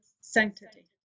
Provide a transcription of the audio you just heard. sanctity